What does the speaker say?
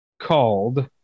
called